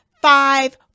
five